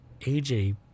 aj